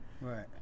Right